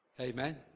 Amen